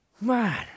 Man